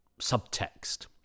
subtext